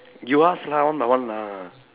you ask lah one by one ah